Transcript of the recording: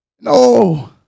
No